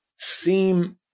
Seem